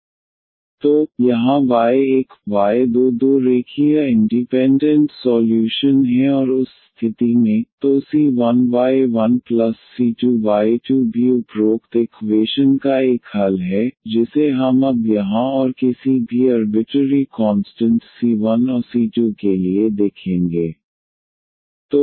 dnydxna1dn 1ydxn 1any0 तो यहाँ y1y2 दो रेखीय इंडीपेंडेंट सॉल्यूशन हैं और उस स्थिति में तो c1y1c2y2 भी उपरोक्त इक्वेशन का एक हल है जिसे हम अब यहां और किसी भी अर्बिटरी कॉन्सटंट c1 और c2 के लिए देखेंगे